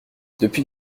depuis